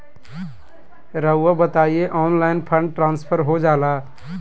रहुआ बताइए online fund transfer हो जाला?